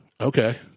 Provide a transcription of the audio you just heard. okay